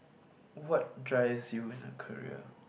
what drives you in a career